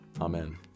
Amen